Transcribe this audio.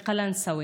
קלנסווה,